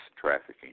trafficking